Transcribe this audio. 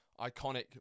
iconic